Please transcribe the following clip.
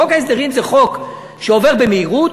חוק ההסדרים זה חוק שעובר במהירות,